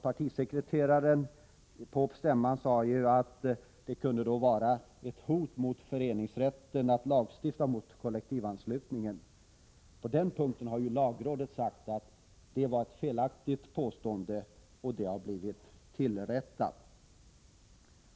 Partisekreteraren sade på kongressen att det kunde vara ett hot mot föreningsrätten att lagstifta mot kollektivanslutning. Lagrådet har nu slagit fast att det var ett felaktigt påstående. Det är väl att detta blivit tillrättat.